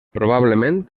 probablement